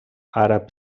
àrab